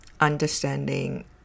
Understanding